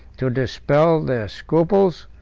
to dispel their scruples,